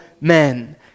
men